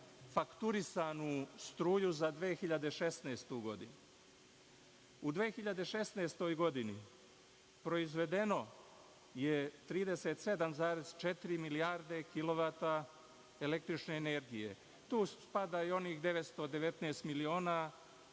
fakturisanu struju za 2016. godinu.U 2016. godini proizvedeno je 37,4 milijarde kilovata električne energije. Tu spada i onih 919 miliona